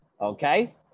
Okay